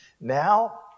Now